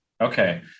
Okay